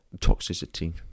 toxicity